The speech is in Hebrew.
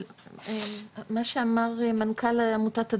מה שאמר מנכ"ל עמותת דרך,